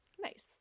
Nice